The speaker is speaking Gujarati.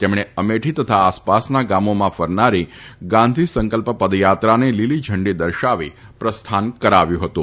તેમણે અમેઠી તથા આસપાસના ગામોમાં ફરનારી ગાંધી સંકલ્પ પદયાત્રાને લીલી ઝંડી દર્શાવી પ્રસ્થાન કરાવ્યું હતું